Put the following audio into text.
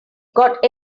got